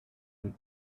and